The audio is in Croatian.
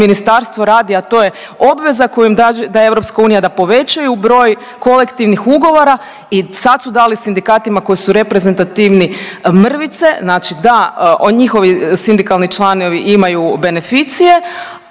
ministarstvo radi, a to je obveza kojim daje EU da povećaju broj kolektivnih ugovora. I sad su dali sindikatima koji su reprezentativni mrvice, znači da njihovi sindikalni članovi imaju beneficije,